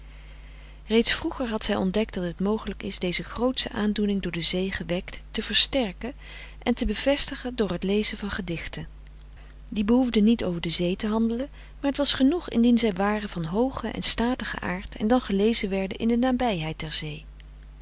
reeds vroeger had zij ontdekt dat het mogelijk is deze grootsche aandoening door de zee gewekt te versterken en te bevestigen door het lezen van gedichten die behoefden niet over de zee te handelen maar het was genoeg indien zij waren van hoogen en statigen aard en dan gelezen werden in de nabijheid der zee